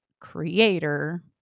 creator